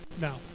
No